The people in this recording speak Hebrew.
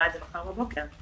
מחר בבוקר?